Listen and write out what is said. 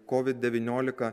covid devyniolika